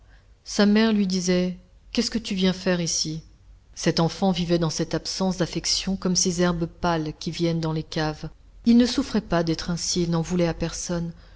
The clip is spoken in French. sa mère lui disait qu'est-ce que tu viens faire ici cet enfant vivait dans cette absence d'affection comme ces herbes pâles qui viennent dans les caves il ne souffrait pas d'être ainsi et n'en voulait à personne